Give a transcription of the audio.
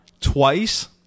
twice